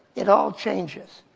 it all changes.